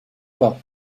pas